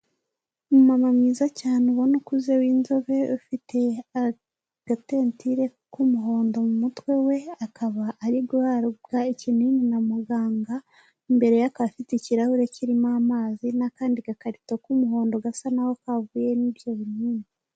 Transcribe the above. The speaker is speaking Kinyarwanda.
Umumama mwiza cyane uwa ukuze w'inzobe ufite agatetire k'umuhondo mu mutwe we akaba ari guhabwa ikinini na muganga ,imbere akaba afite ikirahure kirimo amazi n'akandi gakarito k'umuhondo gasa naho kavuyemo nibyo binini.